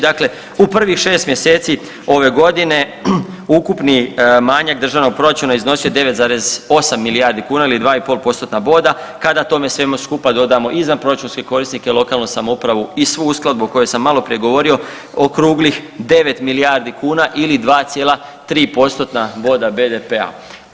Dakle, u prvih šest mjeseci ove godine ukupni manjak državnog proračuna iznosio je 9,8 milijardi kuna ili 2,5 postotna boda, kada tome svemu skupa dodamo izvanproračunske korisnike lokalnu samoupravu i svu uskladbu o kojoj sam maloprije govorio okruglih 9 milijardi kuna ili 2,3 postotna boda BDP-a.